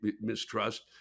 mistrust